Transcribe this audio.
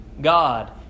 God